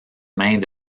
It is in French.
mains